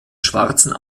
schwarzen